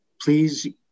Please